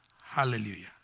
Hallelujah